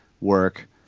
work